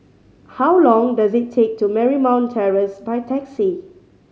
how long does it take to Marymount Terrace by taxi